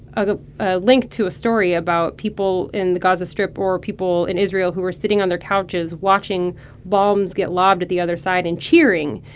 ah a link to a story about people in the gaza strip or people in israel who were sitting on their couches watching bombs get lobbed at the other side and cheering.